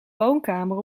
woonkamer